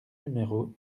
numéro